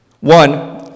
one